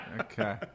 Okay